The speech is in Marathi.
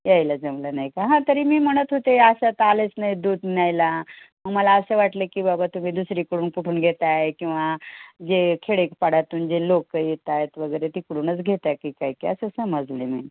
यायला जमलं नाही का हां तरी मी म्हणत होते आशाता आलेच नाही दूध न्यायला मला असं वाटले की बाबा तुम्ही दुसरीकडून कुठून घेत आहे किंवा जे खेडेपाड्यातून जे लोकं येत आहेत वगैरे तिकडूनच घेत आहे की काय काय असं समजले मी